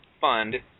fund